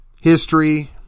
history